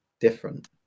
different